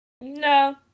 No